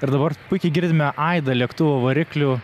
ir dabar puikiai girdime aidą lėktuvo variklių